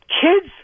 kids